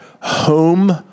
home